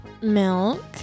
milk